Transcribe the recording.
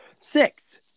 Six